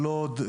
לוד,